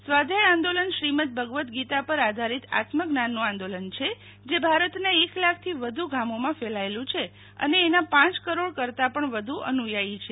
સ્વાધ્યાય અંદોલન શ્રીમદ ભગવદ ગીતા પર આધારિત આત્મજ્ઞાનનું આંદોલન છે જે ભારતના એક લાખથી વધુ ગામોમાં ફેલાયુંએલું છે અને એના પાંચ કરોડ કરતાં પણ વધુ અનુયાથીઓ છે